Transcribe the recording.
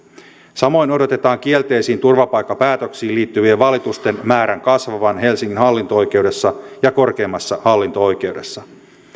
samoin odotetaan kielteisiin turvapaikkapäätöksiin liittyvien valitusten määrän kasvavan helsingin hallinto oikeudessa ja korkeimmassa hallinto oikeudessa